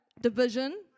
division